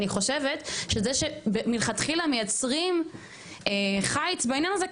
אני חושבת שזה שמלכתחילה מייצרים חייץ בעניין הזה,